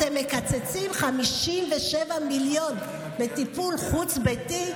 אתם מקצצים 57 מיליון מטיפול חוץ-ביתי.